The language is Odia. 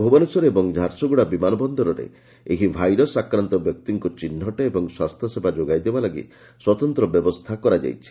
ଭୁବନେଶ୍ୱର ଏବଂ ଝାରସୁଗୁଡ଼ା ବିମାନ ବନରରେ ଏହି ଭାଇରସ୍ ଆକ୍ରାନ୍ଡ ବ୍ୟକ୍ତିଙ୍କୁ ଚିହ୍ଚଟ ଏବଂ ସ୍ୱାସ୍ଥ୍ୟସେବା ଯୋଗାଇ ଦେବାଲାଗି ସ୍ୱତନ୍ତ ବ୍ୟବସ୍ଥା କରାଯାଇଛି